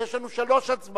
כי יש לנו שלוש הצבעות.